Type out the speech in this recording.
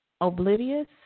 oblivious